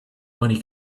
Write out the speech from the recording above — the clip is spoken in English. money